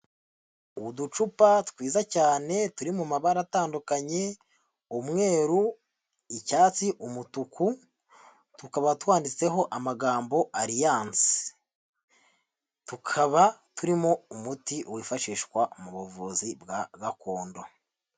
Uducupa twiza cyane turi mu mabara atandukanye, umweru, icyatsi, umutuku, tukaba twanditseho amagambo aliyanse, tukaba turimo umuti wifashishwa mu buvuzi bwa gakondo.